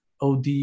od